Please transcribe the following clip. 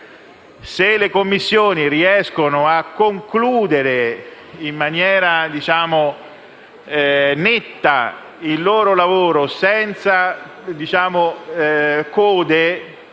se le Commissioni riuscissero a concludere in maniera netta il loro lavoro, senza code